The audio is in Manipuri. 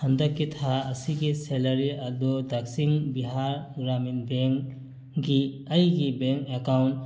ꯍꯟꯗꯛꯀꯤ ꯊꯥ ꯑꯁꯤꯒꯤ ꯁꯦꯂꯔꯤ ꯑꯗꯨ ꯗꯥꯛꯁꯤꯡ ꯕꯤꯍꯥꯔ ꯒ꯭ꯔꯥꯃꯤꯟ ꯕꯦꯡ ꯒꯤ ꯑꯩꯒꯤ ꯕꯦꯡ ꯑꯦꯀꯥꯎꯟ